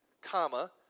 Comma